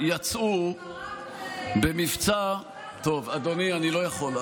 יצאו במבצע, טוב, אדוני, אני לא יכול.